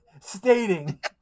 stating